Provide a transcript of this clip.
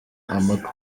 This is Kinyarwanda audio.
amatwi